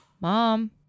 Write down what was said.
Mom